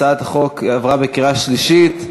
הצעת החוק עברה בקריאה שלישית.